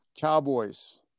Cowboys